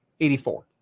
84